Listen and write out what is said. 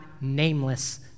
nameless